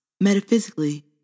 Metaphysically